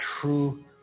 true